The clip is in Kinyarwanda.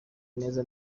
neza